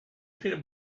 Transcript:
peanut